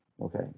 Okay